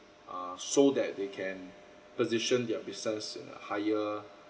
uh so that they can position their business in a higher